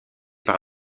par